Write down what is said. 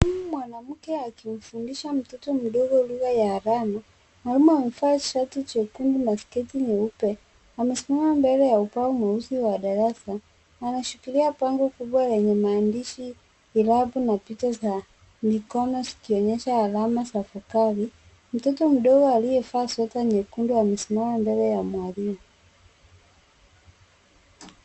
Huu mwanamke akimfundisha mtoto mdogo lugha ya alama .Mwalimu amevaa shati jekundu na sketi nyeupe. Amesimama mbele ya ubao mweusi la darasa. Ameshikilia bango kubwa lenye maandishi irabu na picha za mikono zikionyesha alama za vokali. Mtoto mdogo aliyevaa sweta nyekundu amesimama mbele ya mwalimu.